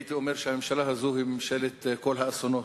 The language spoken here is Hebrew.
הייתי אומר שהממשלה הזאת היא ממשלת כל האסונות.